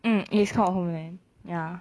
mm it is called homeland ya